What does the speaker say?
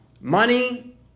money